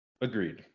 Agreed